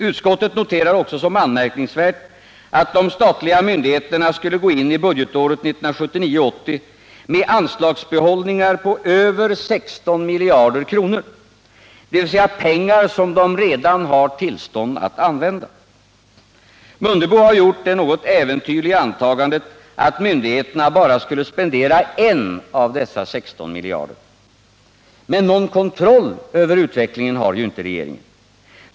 Utskottet noterar också som anmärkningsvärt, att de statliga myndigheterna skulle gå in i budgetåret 1979/80 med anslagsbehållningar på över 16 miljarder kronor, dvs. pengar som de redan har tillstånd att använda. Herr Mundebo har gjort det något äventyrliga antagandet att myndigheterna bara skulle spendera en av dessa 16 miljarder. Men någon kontroll över utvecklingen har ju inte regeringen.